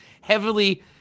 heavily